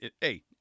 Hey